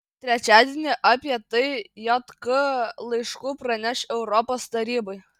trečiadienį apie tai jk laišku praneš europos tarybai